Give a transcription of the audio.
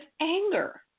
anger